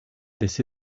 this